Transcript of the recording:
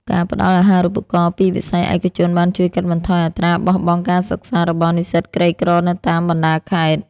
ការផ្តល់ អាហារូបករណ៍ ពីវិស័យឯកជនបានជួយកាត់បន្ថយអត្រាបោះបង់ការសិក្សារបស់និស្សិតក្រីក្រនៅតាមបណ្តាខេត្ត។